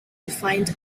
defined